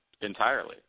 entirely